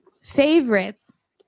favorites